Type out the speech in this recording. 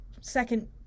second